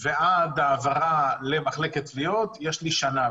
ועד העברה למחלקת תביעות יש לי שנה,